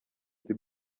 the